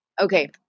okay